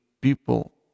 people